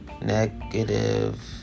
negative